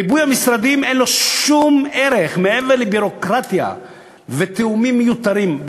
ריבוי המשרדים אין לא שום ערך מעבר לביורוקרטיה ותיאומים מיותרים.